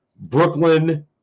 Brooklyn